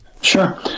Sure